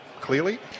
clearly